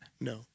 No